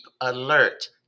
alert